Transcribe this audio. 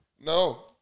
No